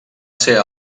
ser